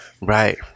Right